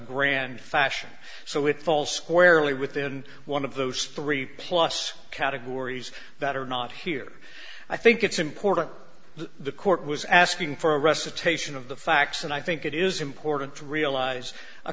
grand fashion so it falls squarely within one of those three plus categories that are not here i think it's important that the court was asking for a recitation of the facts and i think it is important to realize a